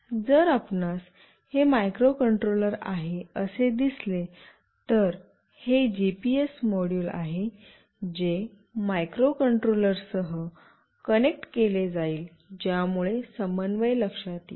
जर आपणास हे मायक्रो कंट्रोलर आहे असे दिसले तर हे जीपीएस मॉड्यूल आहे जे मायक्रोकंट्रोलर सह कनेक्ट केले जाईल ज्यामुळे समन्वय लक्षात येईल